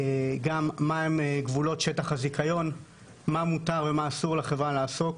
מהם גבולות שטח הזיכיון, במה מותר לחברה לעסוק,